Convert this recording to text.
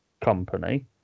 company